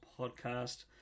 podcast